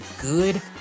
good